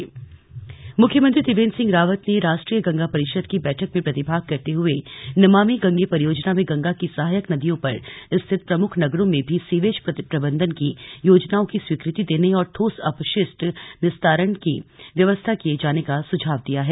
CM Kanpur मुख्यमंत्री त्रिवेन्द्र सिंह रावत ने राष्ट्रीय गंगा परिषद की बैठक में प्रतिभाग करते हुए नमामि गंगे परियोजना में गंगा की सहायक नदियों पर स्थित प्रमुख नगरों में भी सीवेज प्रबंधन की योजनाओं की स्वीकृति देने और ठोस अपशिष्ठ निस्तारण की व्यवस्था किए जाने का सुझाव दिया है